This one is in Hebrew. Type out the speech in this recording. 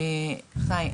חי,